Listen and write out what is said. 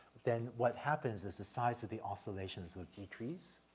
then what happens is the size of the oscillations would decrease.